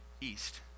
East